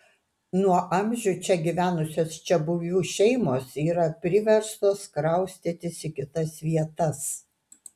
nuo amžių čia gyvenusios čiabuvių šeimos yra priverstos kraustytis į kitas vietas